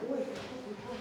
oi puiku puiku